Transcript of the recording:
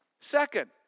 Second